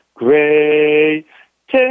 great